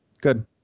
good